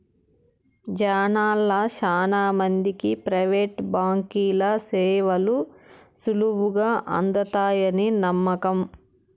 జనాల్ల శానా మందికి ప్రైవేటు బాంకీల సేవలు సులువుగా అందతాయని నమ్మకం